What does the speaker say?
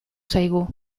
zaigu